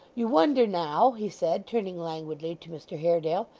you wonder now he said, turning languidly to mr haredale,